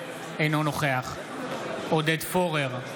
אינו נוכח עודד פורר,